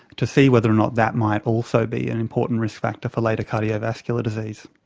to see whether or not that might also be an important risk factor for later cardiovascular disease.